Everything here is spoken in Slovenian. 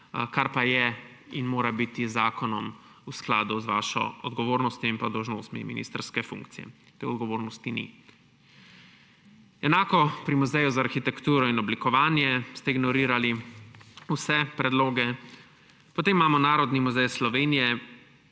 kar pa je in mora biti z zakonom v skladu z vašo odgovornostjo in dolžnostmi ministrske funkcije. Te odgovornosti ni. Enako ste pri Muzeju za arhitekturo in oblikovanje ignorirali vse predloge. Potem imamo Narodni muzej Slovenije.